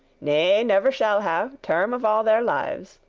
ne never shall have, term of all their lives.